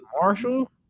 Marshall